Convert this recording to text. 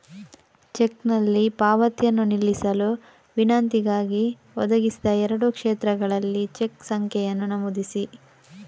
ಚೆಕ್ನಲ್ಲಿ ಪಾವತಿಯನ್ನು ನಿಲ್ಲಿಸಲು ವಿನಂತಿಗಾಗಿ, ಒದಗಿಸಿದ ಎರಡೂ ಕ್ಷೇತ್ರಗಳಲ್ಲಿ ಚೆಕ್ ಸಂಖ್ಯೆಯನ್ನು ನಮೂದಿಸಿ